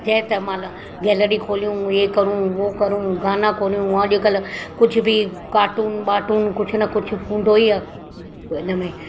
जंहिं तंहिं महिल गैलरी खोलियूं ये करूं वो करूं गाना खोलियूं अॼुकल्ह कुझु बि कार्टून वार्टून कुझु न कुझु हूंदो ई आहे इन में